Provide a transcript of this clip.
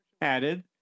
added